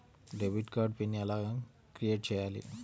Debit card pin ఎలా create చెయ్యాలి?